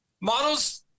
models